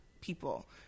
people